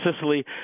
Sicily